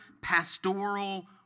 pastoral